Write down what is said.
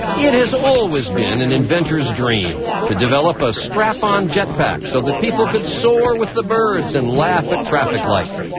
it has always been an inventor's dream, to develop a strap-on jet pack so that people could soar with the birds and laugh at traffic lights.